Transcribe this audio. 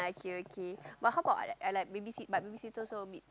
okay okay but how about like babysit but babysitter also a bit